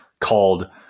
called